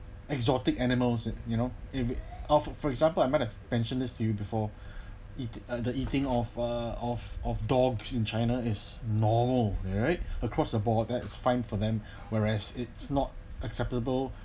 exotic animals and you know if it off for example I'm might have mentioned this to you before it the eating of uh of of dogs in china is normal right across the board that's fine for them whereas it's not acceptable